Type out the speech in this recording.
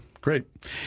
great